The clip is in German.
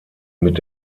mit